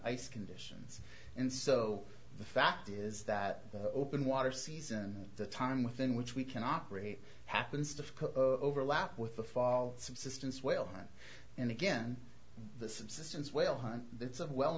ice conditions and so the fact is that the open water season the time within which we can operate happens to overlap with the fall subsistence whale and again the subsistence whale hunt that's of well